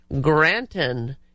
Granton